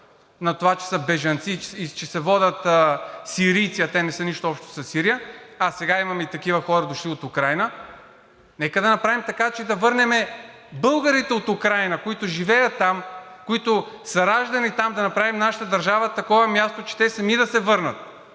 на това, че са бежанци и се водят сирийци, а те нямат нищо общо със Сирия, а сега имаме и хора дошли от Украйна. Нека да направим така, че да върнем българите от Украйна, които живеят там, които са раждани там, да направим нашата държава такова място, че те сами да се върнат.